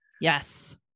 Yes